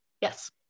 Yes